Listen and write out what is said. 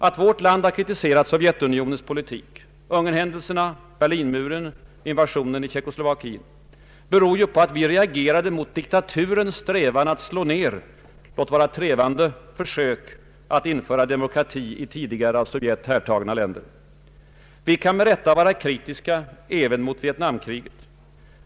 Att vårt land har kritiserat Sovjetunionens politik — Ungern-händelserna, Berlinmuren och invasionen i Tjeckoslovakien — berodde ju på att vi reagerade mot diktaturens strävan att slå ned försök, låt vara trevande, att införa demokrati i tidigare av Sovjet härtagna länder. Vi kan med rätta vara kritiska även mot Vietnamkriget.